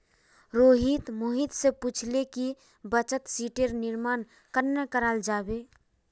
रोहित मोहित स पूछले कि बचत शीटेर निर्माण कन्ना कराल जाबे